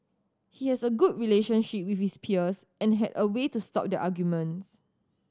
he has a good relationship with his peers and had a way to stop their arguments